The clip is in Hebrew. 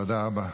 תודה רבה.